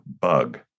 bug